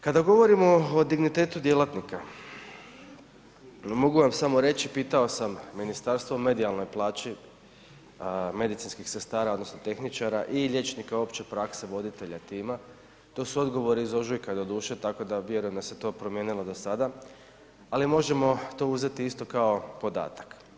Kada govorimo o dignitetu, djelatnika, mogu vam samo reći, pitao sam ministarstvo o medijalnoj plaći medicinskih sestara odnosno tehničara i liječnika opće prakse, voditelja tima, to su odgovori iz ožujka doduše, tako da vjerujem da se to promijenilo do sada ali možemo to uzeti isto kao podatak.